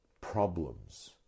problems